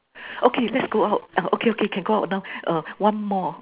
okay let's go out okay okay can go out now err one more